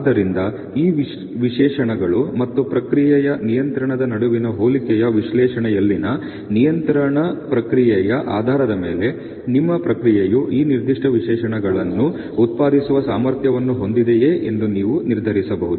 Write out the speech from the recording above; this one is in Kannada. ಆದ್ದರಿಂದ ಈ ವಿಶೇಷಣಗಳು ಮತ್ತು ಪ್ರಕ್ರಿಯೆಯ ನಿಯಂತ್ರಣದ ನಡುವಿನ ಹೋಲಿಕೆಯ ವಿಶ್ಲೇಷಣೆಯಲ್ಲಿನ ನಿಯಂತ್ರಣ ಪ್ರಕ್ರಿಯೆಯ ಆಧಾರದ ಮೇಲೆ ನಿಮ್ಮ ಪ್ರಕ್ರಿಯೆಯು ಈ ನಿರ್ದಿಷ್ಟ ವಿಶೇಷಣಗಳನ್ನು ಉತ್ಪಾದಿಸುವ ಸಾಮರ್ಥ್ಯವನ್ನು ಹೊಂದಿದೆಯೆ ಎಂದು ನೀವು ನಿರ್ಧರಿಸಬಹುದು